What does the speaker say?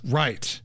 right